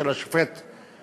של השופט רובינשטיין,